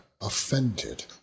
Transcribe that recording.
offended